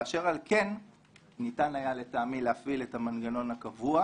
ואשר על כן ניתן היה לטעמי להפעיל את המנגנון הקבוע